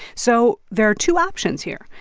so there are two options here.